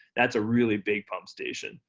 that's a really big pump station.